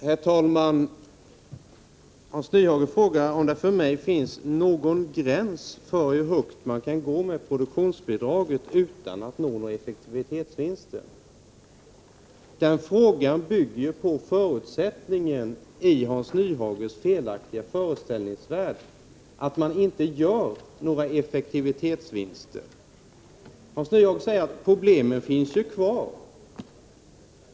Herr talman! Hans Nyhage frågar om det för mig finns någon gräns för hur högt man kan gå med produktionsbidraget utan att uppnå några effektivitetsvinster. Den frågan bygger på förutsättningen i Hans Nyhages felaktiga föreställningsvärld att man inte gör några effektivitetsvinster. Hans Nyhage säger att problemen finns kvar.